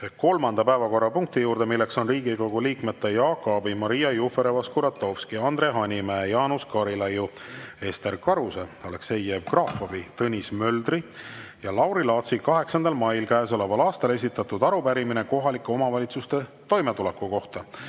kolmanda päevakorrapunkti juurde. See on Riigikogu liikmete Jaak Aabi, Maria Jufereva-Skuratovski, Andre Hanimäe, Jaanus Karilaiu, Ester Karuse, Aleksei Jevgrafovi, Tõnis Möldri ja Lauri Laatsi 8. mail käesoleval aastal esitatud arupärimine kohalike omavalitsuste toimetuleku kohta.